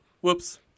Whoops